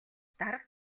дарга